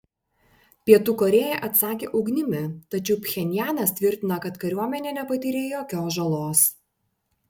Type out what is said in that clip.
pietų korėja atsakė ugnimi tačiau pchenjanas tvirtina kad kariuomenė nepatyrė jokios žalos